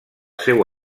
seu